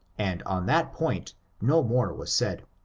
and on that point no more was said.